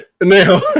Now